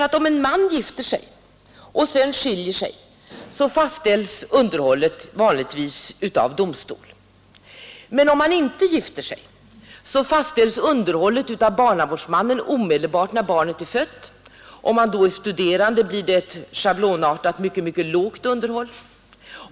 Ty om en man gifter sig och sedan skiljer sig, så fastställs underhållet vanligtvis av domstol, men om han inte gifter sig fastställs underhållet av barnavårdsmannen omedelbart när barnet är fött. Om han då t.ex. är studerande blir det ett schablonartat mycket, mycket lågt underhåll.